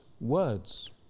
words